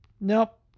nope